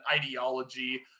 ideology